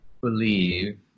believe